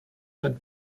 not